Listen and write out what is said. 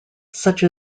such